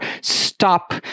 stop